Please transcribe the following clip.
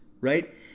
right